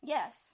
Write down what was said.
Yes